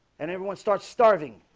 and everyone starts starving,